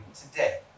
today